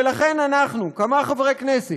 ולכן אנחנו, כמה חברי כנסת,